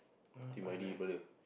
Maidy brother